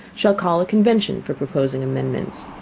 shall call a convention for proposing amendments,